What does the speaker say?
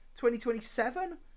2027